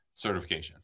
certifications